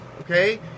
Okay